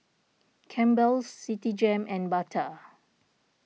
Campbell's Citigem and Bata